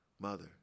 Mother